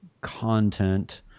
content